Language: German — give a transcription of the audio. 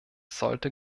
sollte